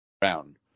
Brown